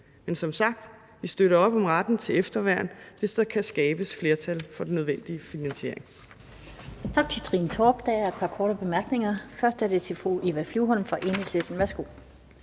Men som sagt: Vi støtter op om retten til efterværn, hvis der kan skabes flertal for den nødvendige finansiering.